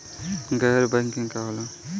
गैर बैंकिंग का होला?